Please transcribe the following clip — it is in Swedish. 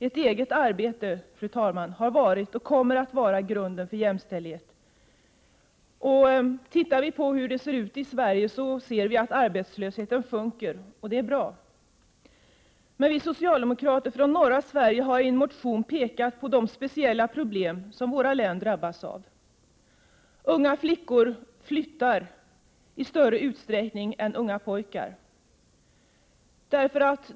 Ett eget arbete, fru talman, har varit och kommer att vara grunden för jämställdhet. Vi ser nu att arbetslösheten sjunker i Sverige, och det är bra. Men vi socialdemokrater från norra Sverige har i en motion pekat på de speciella problem som våra län drabbas av. Unga flickor flyttar i större utsträckning än unga pojkar.